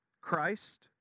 Christ